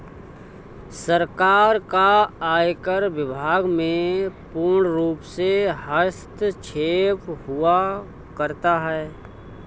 सरकार का आयकर विभाग में पूर्णरूप से हस्तक्षेप हुआ करता है